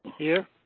here.